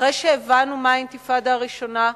אחרי שהבנו מה האינתיפאדה הראשונה,